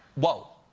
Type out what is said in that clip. whoa!